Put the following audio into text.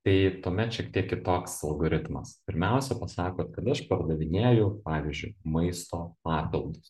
tai tuomet šiek tiek kitoks algoritmas pirmiausia pasakot kad aš pardavinėju pavyzdžiui maisto papildus